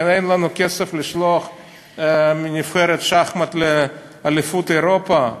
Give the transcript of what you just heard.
ואין לנו כסף לשלוח נבחרת שחמט לאליפות אירופה?